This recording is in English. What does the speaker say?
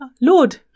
Lord